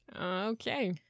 Okay